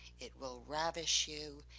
it will ravish you,